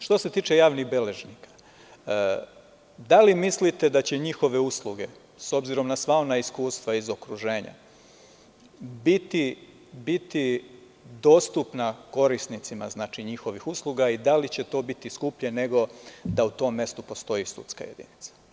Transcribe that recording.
Što se tiče javnih beležnika, da li mislite da će njihove usluge, s obzirom na sva ona iskustva iz okruženja, biti dostupna korisnicima njihovih usluga i da li će to biti skuplje nego da u tom mestu postoji sudska jedinica?